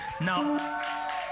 Now